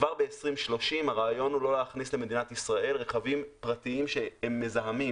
כבר ב-2030 הרעיון הוא לא להכניס למדינת ישראל רכבים פרטיים מזהמים.